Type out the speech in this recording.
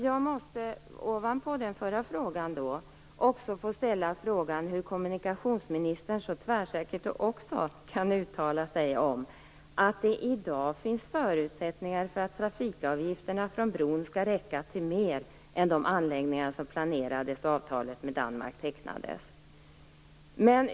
Jag måste ovanpå den förra frågan också få ställa frågan hur kommunikationsministern så tvärsäkert kan uttala sig om att det i dag finns förutsättningar för att trafikavgifterna från bron skall räcka till mer än de anläggningar som planerades då avtalet med Danmark tecknades.